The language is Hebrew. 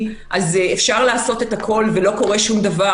אז אפשר לעשות את הכול ולא קורה שום דבר,